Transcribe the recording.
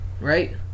Right